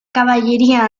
caballería